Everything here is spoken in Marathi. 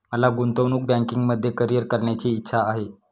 मला गुंतवणूक बँकिंगमध्ये करीअर करण्याची इच्छा आहे